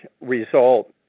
result